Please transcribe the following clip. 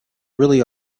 really